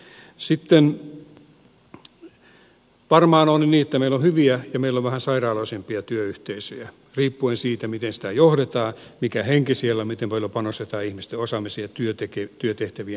sitten varmaan on niin että meillä on hyviä ja meillä on vähän sairaalloisempia työyhteisöjä riippuen siitä miten johdetaan mikä henki siellä on miten paljon panostetaan ihmisten osaamiseen ja työtehtävien nykyaikaistamiseen